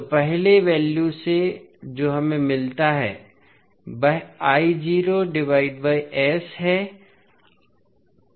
तो पहले वैल्यू से जो हमें मिलता है वह है